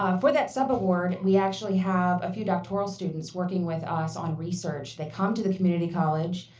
um for that sub award we actually have a few doctoral students working with us on research. they come to the community college.